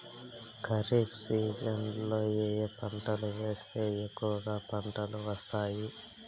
ఖరీఫ్ సీజన్లలో ఏ ఏ పంటలు వేస్తే ఎక్కువగా పంట వస్తుంది?